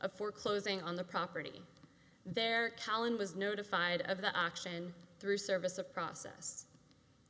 of foreclosing on the property there collin was notified of the auction through service of process